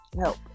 help